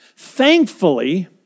Thankfully